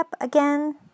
again